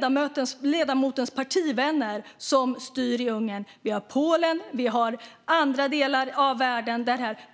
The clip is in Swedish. Det är ledamotens partivänner som styr i Ungern. Det sker i Polen och i andra delar av världen.